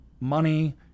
money